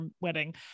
wedding